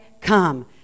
come